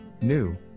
New